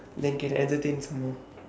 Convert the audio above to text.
then can entertain some more